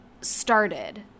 started